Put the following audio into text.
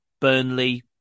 Burnley